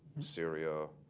syria,